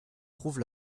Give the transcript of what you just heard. trouve